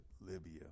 Libya